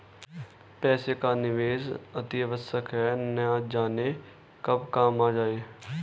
पैसे का निवेश अतिआवश्यक है, न जाने कब काम आ जाए